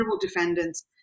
defendants